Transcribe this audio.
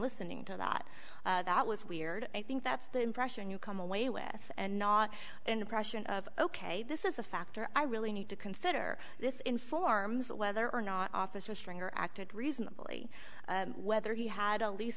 listening to that that was weird i think that's the impression you come away with and not an impression of ok this is a factor i really need to consider this informs whether or not officer stringer acted reasonably whether he had a leas